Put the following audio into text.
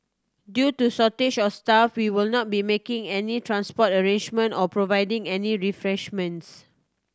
due to shortage of staff we will not be making any transport arrangements or providing any refreshments